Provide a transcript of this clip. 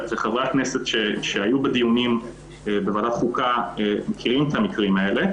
וחברי הכנסת שהיו בדיונים בוועדת החוקה מכירים את המקרים האלה.